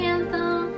Anthem